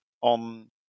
on